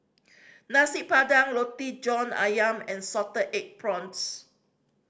Nasi Padang Roti John Ayam and salted egg prawns